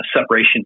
separation